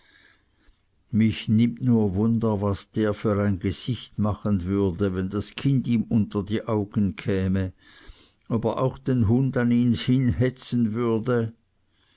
mich nimmt nur wunder was der für ein gesicht machen würde wenn das kind ihm unter die augen käme ob er auch den hund an ihns hin hetzen würde